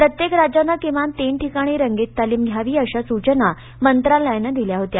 प्रत्येक राज्यानं किमान तीन ठिकाणी रंगीत तालीम घ्यावी अशा सूचना मंत्रालयानं दिल्या होत्या